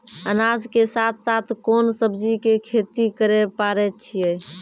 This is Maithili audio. अनाज के साथ साथ कोंन सब्जी के खेती करे पारे छियै?